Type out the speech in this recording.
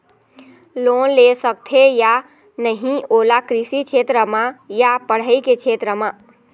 Loan ले सकथे या नहीं ओला कृषि क्षेत्र मा या पढ़ई के क्षेत्र मा?